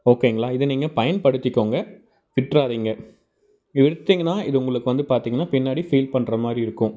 ஓகேங்களா இதை நீங்கள் பயன்படுத்திக்கோங்க விட்டுறாதீங்க இழுத்தீங்கன்னால் இது உங்களுக்கு வந்து பார்த்தீங்கன்னா பின்னாடி ஃபீல் பண்ணுற மாதிரி இருக்கும்